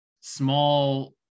small –